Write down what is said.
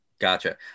Gotcha